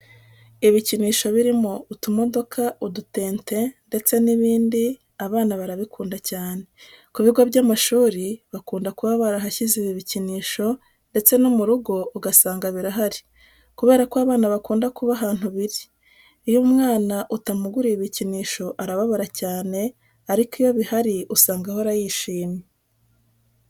Ibikinisho birimo utumodoka, udutente ndetse n'ibindi abana barabikunda cyane. Ku bigo by'amashuri bakunda kuba barahashyize ibi bikinisho ndetse no mu rugo ugasanga birahari kubera ko abana bakunda kuba ahantu biri. Iyo umwana utamuguriye ibikinisho arababara cyane ariko iyo bihari usanga ahora yishimye.